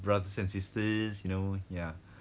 brothers and sisters you know ya